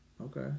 Okay